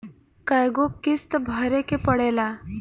कय गो किस्त भरे के पड़ेला?